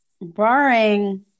barring